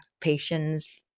patients